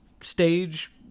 stage